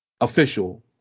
official